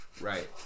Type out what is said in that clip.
right